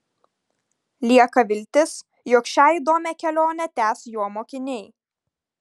lieka viltis jog šią įdomią kelionę tęs jo mokiniai